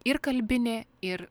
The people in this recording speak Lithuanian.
ir kalbinė ir